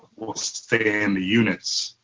will stay in the units.